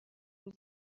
روز